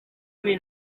buri